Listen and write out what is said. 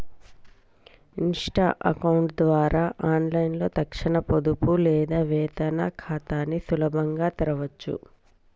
Insta account ద్వారా ఆన్లైన్లో తక్షణ పొదుపు లేదా వేతన ఖాతాని సులభంగా తెరవచ్చు